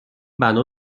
بنا